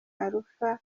alpha